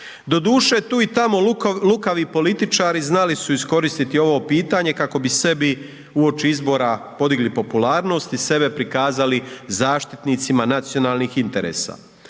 Doduše tu i tamo lukavi političari znali su iskoristiti ovo pitanje kako bi sebi uoči izbora podigli popularnost i sebe prikazali zaštitnicima nacionalnih interesa.